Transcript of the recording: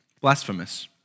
Blasphemous